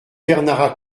bernard